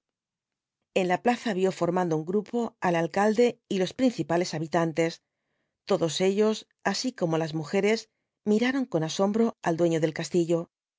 en la plaza vio formando un grupo al alcalde y los principales habitantes todos ellos así como las mujeres miraron con asombro al dueño del castillo